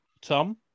Tom